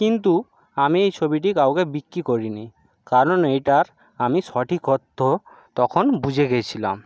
কিন্তু আমি এই ছবিটি কাউকে বিক্রি করি নি কারণ এইটার আমি সঠিক অর্থ তখন বুঝে গিয়েছিলাম